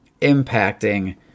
impacting